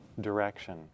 direction